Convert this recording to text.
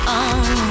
on